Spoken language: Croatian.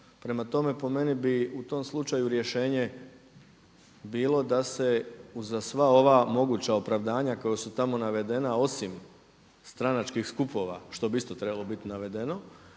Prema tome, po meni bi u tom slučaju rješenje bilo da se uza sva ova moguća opravdanja koja su tamo navedena osim stranačkih skupova što bi isto trebalo biti navedeno